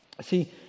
See